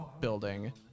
building